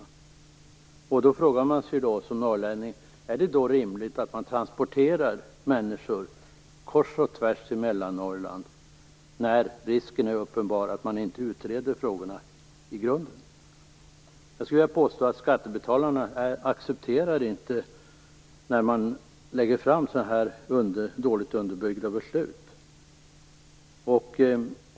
Som norrlänning frågar man sig om det är rimligt att människor transporteras kors och tvärs i Mellannorrland när risken är uppenbar för att frågorna inte utreds i grunden. Jag vill påstå att skattebetalarna inte accepterar att sådana här dåligt underbyggda beslut läggs fram.